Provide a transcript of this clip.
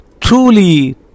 truly